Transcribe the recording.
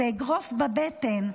זה אגרוף בבטן.